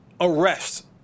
arrest